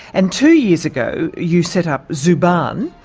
and two year ago you set up zubaan.